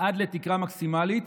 עד תקרה מקסימלית